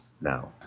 now